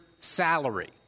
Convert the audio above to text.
salary